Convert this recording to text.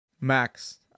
Max